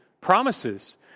promises